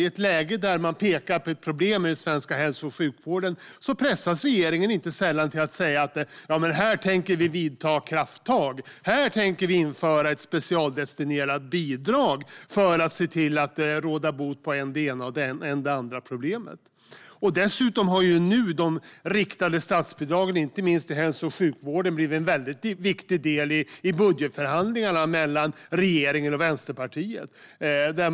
I ett läge där man pekar på ett problem i den svenska hälso och sjukvården pressas regeringen inte sällan till att säga att här tänker vi vidta krafttag och införa ett specialdestinerat bidrag för att råda bot på än det ena, än det andra problemet. De riktade statsbidragen, inte minst i hälso och sjukvården, har blivit en viktig del i budgetförhandlingarna mellan regeringen och Vänsterpartiet.